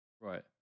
Right